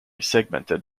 segmented